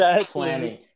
planning